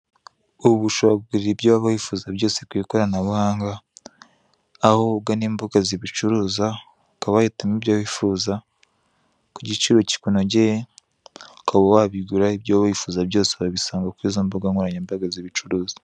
Ubu ushobora kugurira ibyo waba wifuza byose ku ikoranabuhanga, aho ugana imbuga zibicuruza, ukaba wahitamo ibyo wifuza, ku giciro kikunogeye, ukaba wabigura, ibyo waba wifuza byose urabisanga kuri izo mbuga nkoranyambaga zibicuruza.